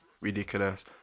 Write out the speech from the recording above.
ridiculous